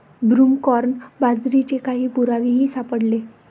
broomcorn बाजरीचे काही पुरावेही सापडले